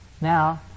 Now